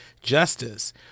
justice